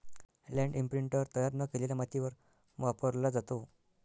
land imprinter तयार न केलेल्या मातीवर वापरला जातो